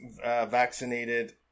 vaccinated